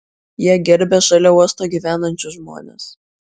jie gerbia šalia uosto gyvenančius žmones